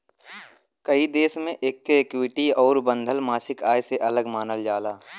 कई देश मे एके इक्विटी आउर बंधल मासिक आय से अलग मानल जाला